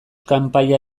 kanpaia